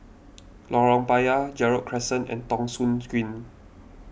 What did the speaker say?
Lorong Payah Gerald Crescent and Thong Soon Green